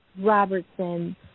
Robertson